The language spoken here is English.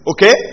Okay